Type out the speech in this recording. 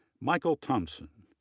michael thompson,